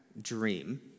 dream